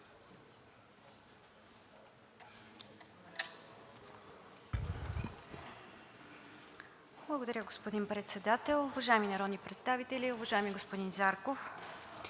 Благодаря, господин Председател. Уважаеми народни представители, уважаеми господин Зарков!